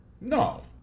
No